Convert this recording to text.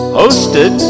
hosted